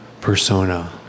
persona